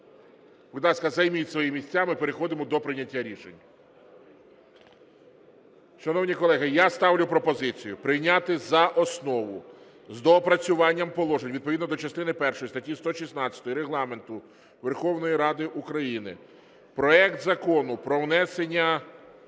Будь ласка, займіть свої місця, ми переходимо до прийняття рішення. Шановні колеги, я ставлю пропозицію прийняти за основу з доопрацюванням положень відповідно до частини першої статті 116 Регламенту Верховної Ради України проект Закону про внесення